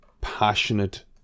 passionate